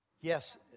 Yes